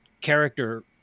character